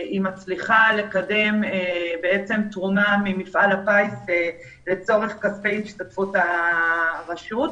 היא מצליחה לקדם תרומה ממפעל הפיס לצורך כספי השתתפות הרשות.